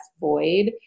Void